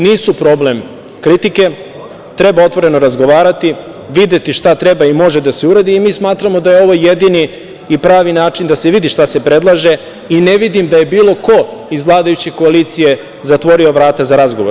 Nisu problem kritike, treba otvoreno razgovarati, videti šta treba i može da se uradi i mi smatramo da je ovo jedini i pravi način da se vidi šta se predlaže i ne vidim da je bilo ko iz vladajuće koalicije zatvorio vrata za razgovor.